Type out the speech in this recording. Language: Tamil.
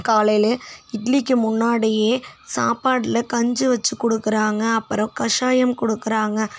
காலையிலே இட்லிக்கு முன்னாடியே சாப்பாட்டில் கஞ்சி வெச்சு கொடுக்குறாங்க அப்புறம் கஷாயம் கொடுக்குறாங்க